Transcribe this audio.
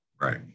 Right